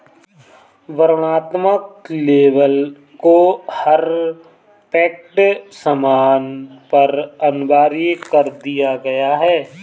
वर्णनात्मक लेबल को हर पैक्ड सामान पर अनिवार्य कर दिया गया है